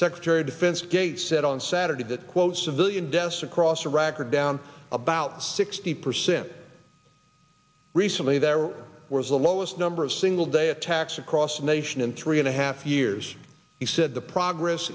secretary of defense gates said on saturday that quote civilian deaths across iraq are down about sixty percent recently there were the lowest number of single day attacks across the nation in three and a half years he said the progress